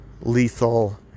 lethal